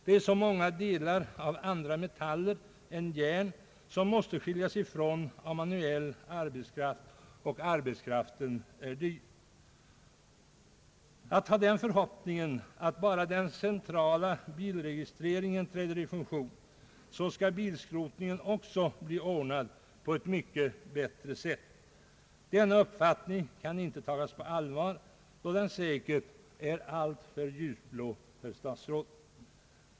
Det är så många delar av andra metaller än järn som måste skiljas ifrån av manuell arbetskraft, och arbetskraften är dyr. Uppfattningen att när bara den centrala bilregistreringen träder i funktion så skall bilskrotningen också bli ordnad på ett mycket bättre sätt kan inte tagas på allvar, då den säkert är alltför ljusblå, herr statsråd.